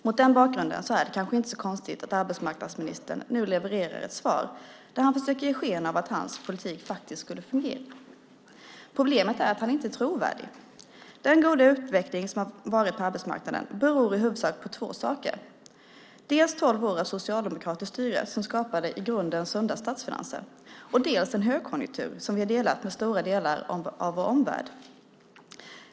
Mot den bakgrunden är det kanske inte så konstigt att arbetsmarknadsministern nu levererar ett svar där han försöker ge sken av att hans politik faktiskt skulle fungera. Problemet är att han inte är trovärdig. Den goda utveckling som har varit på arbetsmarknaden beror i huvudsak på två saker: dels tolv år av socialdemokratiskt styre som skapade i grunden sunda statsfinanser, dels en högkonjunktur som vi har delat med stora delar av vår omvärld.